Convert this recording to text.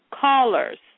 callers